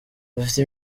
ufite